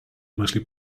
mostly